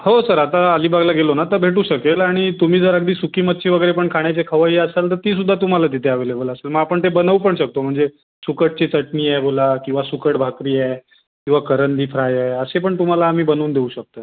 हो सर आता अलिबागला गेलो ना तर भेटू शकेल आणि तुम्ही जर अगदी सुकी मच्छी वगैरे पण खाण्याचे खवय्ये असाल तर तीसुद्धा तुम्हाला तिथे अॅव्हेलेबल असेल मग आपण ते बनवू पण शकतो म्हणजे सुकटची चटणी आहे बोला किंवा सुकट भाकरी आहे किंवा करंदी फ्राय आहे असे पण तुम्हाला आम्ही बनवून देऊ शकतो आहे